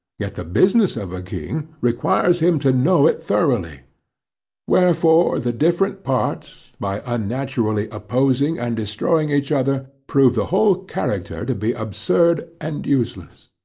yet the business of a king requires him to know it thoroughly wherefore the different parts, by unnaturally opposing and destroying each other, prove the whole character to be absurd and useless.